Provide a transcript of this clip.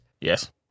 Yes